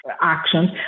actions